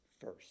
first